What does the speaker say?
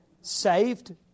Saved